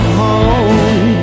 home